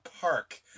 park